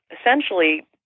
essentially